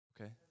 Okay